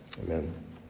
Amen